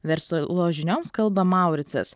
verslo žinioms kalba mauricas